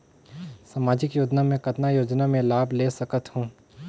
समाजिक योजना मे कतना योजना मे लाभ ले सकत हूं?